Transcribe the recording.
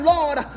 Lord